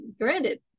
granted